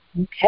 Okay